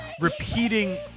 repeating